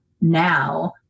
now